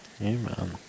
Amen